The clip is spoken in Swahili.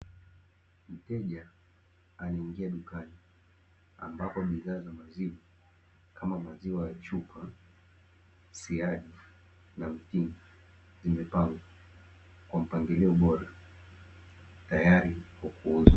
Mteja anaingia dukani ambapo bidhaa za maziwa kama maziwa ya chupa, siagi na mtindi zimepangwa kwa mpangilio bora tayari kwa kuuzwa.